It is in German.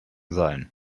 sein